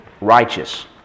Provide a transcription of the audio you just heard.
righteous